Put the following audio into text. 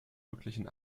möglichen